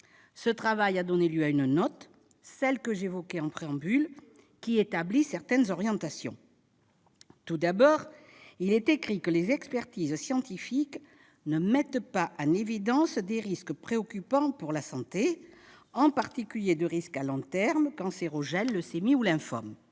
Ce travail a donné lieu à la note que j'évoquais, laquelle établit certaines orientations. Tout d'abord, il est écrit que « les expertises scientifiques ne mettent pas en évidence de risques préoccupants pour la santé, en particulier de risque à long terme cancérogène, leucémie ou lymphome